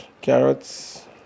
carrots